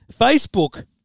Facebook